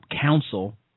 Council